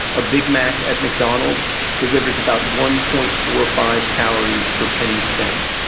a big mac at mcdonald's delivers about one point four five calories per penny spent.